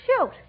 Shoot